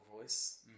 voice